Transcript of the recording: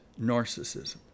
narcissism